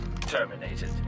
terminated